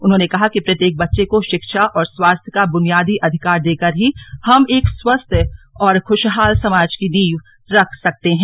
उन्होंने कहा कि प्रत्येक बच्चे को शिक्षा और स्वास्थ्य का ब्रुनियादी अधिकार देकर ही हम एक स्वस्थ और ख्रुशहाल समाज की नींव रख सकते हैं